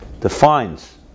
defines